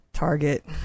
Target